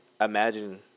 imagine